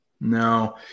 no